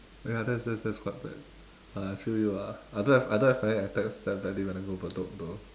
ya that that that's quite bad uh I feel you ah I don't have I don't have panic attacks that badly when I go bedok though